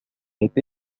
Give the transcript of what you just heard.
été